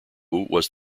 was